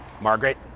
Margaret